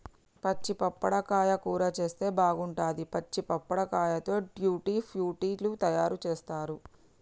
పచ్చి పప్పడకాయ కూర చేస్తే బాగుంటది, పచ్చి పప్పడకాయతో ట్యూటీ ఫ్రూటీ లు తయారు చేస్తారు